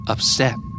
Upset